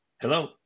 Hello